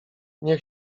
nie